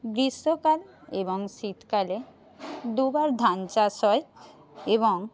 গ্রীষ্মকাল এবং শীতকালে দুবার ধান চাষ হয় এবং